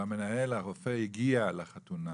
והמנהל, הרופא, הגיע לחתונה.